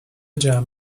جمع